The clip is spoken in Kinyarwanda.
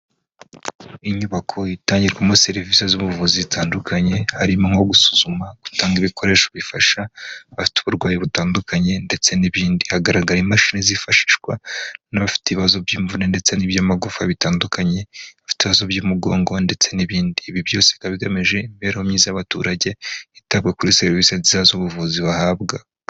Inyubako itangirwamo serivise z'ubuvuzi zitandukanye, harimo nko gusuzuma, gutanga ibikoresho bifasha abafite uburwayi butandukanye ndetse n'ibindi, hagaragara imashini zifashishwa n'abafite, ibibazo by'imvune ndetse n'iby'amagufa bitandukanye, abafite ibibazo by'umugongo ndetse n'ibindi, ibi byose bikaba bigamije imibereho myiza, y'abaturage hitabwa kuri serivise nziza z'ubuvuzi bahabwa.